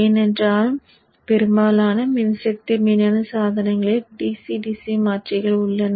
ஏனென்றால் பெரும்பாலான மின்சக்தி மின்னணு சாதனங்களில் DC DC மாற்றிகள் உள்ளன